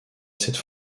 cette